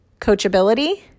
coachability